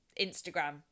Instagram